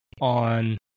on